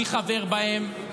מי חבר בהם,